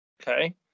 Okay